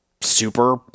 super